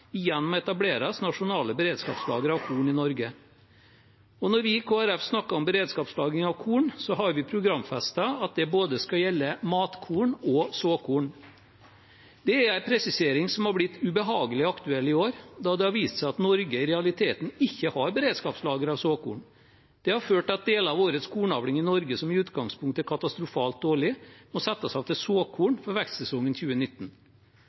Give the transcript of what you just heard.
igjen må etableres nasjonale beredskapslagre av korn i Norge. Og når vi i Kristelig Folkeparti snakker om beredskapslagring av korn, har vi programfestet at det skal gjelde både matkorn og såkorn. Det er en presisering som har blitt ubehagelig aktuell i år, da det har vist seg at Norge i realiteten ikke har beredskapslagre av såkorn. Det har ført til at deler av årets kornavling i Norge, som i utgangspunktet er katastrofalt dårlig, må settes av til såkorn for vekstsesongen 2019.